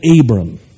Abram